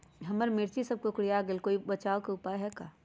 हमर मिर्ची सब कोकररिया गेल कोई बचाव के उपाय है का?